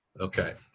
Okay